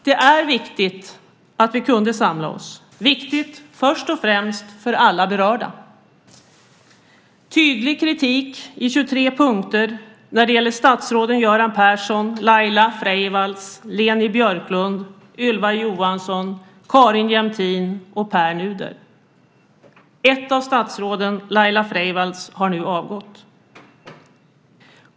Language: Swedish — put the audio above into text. Det är viktigt att vi kunde samla oss, viktigt först och främst för alla berörda. Det är tydlig kritik på 23 punkter när det gäller statsråden Göran Persson, Laila Freivalds, Leni Björklund, Ylva Johansson, Carin Jämtin och Pär Nuder. Ett av statsråden, Laila Freivalds, har nu avgått.